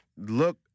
look